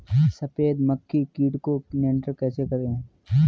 सफेद मक्खी कीट को नियंत्रण कैसे करें?